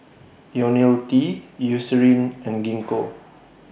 Ionil T Eucerin and Gingko